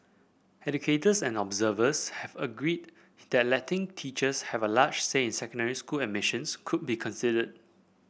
educators and observers have agreed that letting teachers have a larger say in secondary school admissions could be considered